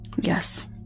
Yes